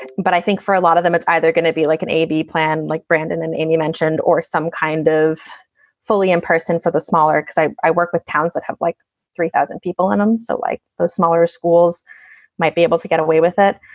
but i think for a lot of them, it's either gonna be like an b plan like brandon and andy mentioned, or some kind of fully in person for the smaller i i work with towns that have like three thousand people and i'm so like the smaller schools might be able to get away with it.